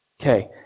Okay